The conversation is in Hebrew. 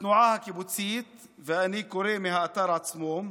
התנועה הקיבוצית, ואני קורא מהאתר עצמו,